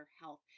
health